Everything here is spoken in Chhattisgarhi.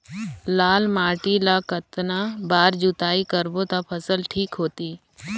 लाल माटी ला कतना बार जुताई करबो ता फसल ठीक होती?